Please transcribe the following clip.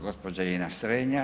Gospođa Ines Strenja.